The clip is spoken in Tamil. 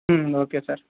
ம் ஓகே சார்